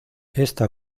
esta